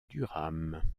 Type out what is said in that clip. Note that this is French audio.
durham